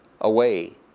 away